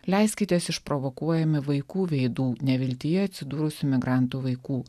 leiskitės išprovokuojami vaikų veidų neviltyje atsidūrusių migrantų vaikų